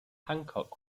hancock